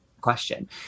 question